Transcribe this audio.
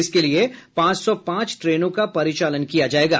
इसके लिये पांच सौ पांच ट्रेनों का परिचालन किया जायेगा